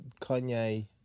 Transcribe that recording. Kanye